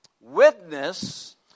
witness